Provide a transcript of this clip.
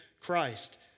Christ